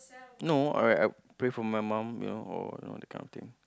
no alright I would pray for my mum you know or you know that kind of thing